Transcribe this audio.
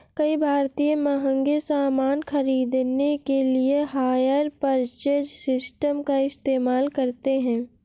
कई भारतीय महंगे सामान खरीदने के लिए हायर परचेज सिस्टम का इस्तेमाल करते हैं